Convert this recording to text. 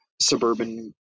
suburban